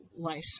life